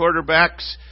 quarterbacks